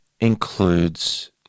includes